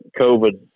COVID